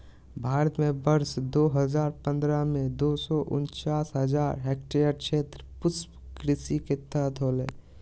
भारत में वर्ष दो हजार पंद्रह में, दो सौ उनचास हजार हेक्टयेर क्षेत्र पुष्पकृषि के तहत होले